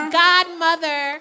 godmother